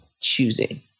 choosing